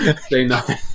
say-nothing